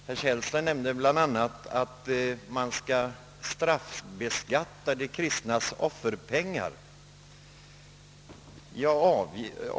Herr Källstad nämnde bl.a. att man straffbeskattar de kristnas offerpengar.